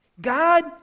God